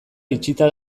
itxita